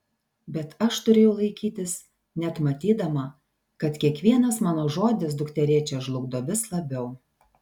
bet aš turėjau laikytis net matydama kad kiekvienas mano žodis dukterėčią žlugdo vis labiau